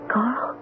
Carl